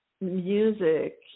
music